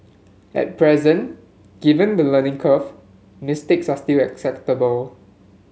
at present given the learning curve mistakes are still acceptable